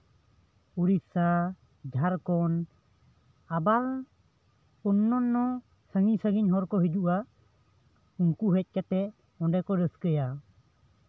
ᱳᱰᱤᱥᱟ ᱡᱷᱟᱲᱠᱷᱚᱸᱰ ᱟᱵᱟᱨ ᱚᱱᱱᱟᱱᱱᱚ ᱥᱟᱺᱜᱤᱧ ᱥᱟᱺᱜᱤᱧ ᱦᱚᱲ ᱠᱚ ᱦᱤᱡᱩᱜᱼᱟ ᱩᱱᱠᱩ ᱦᱮᱡ ᱠᱟᱛᱮᱜ ᱚᱸᱰᱮ ᱠᱚ ᱨᱟᱹᱥᱠᱟᱹᱭᱟ